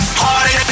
party